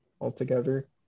altogether